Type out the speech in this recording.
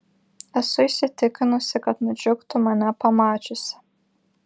esu įsitikinusi kad nudžiugtų mane pamačiusi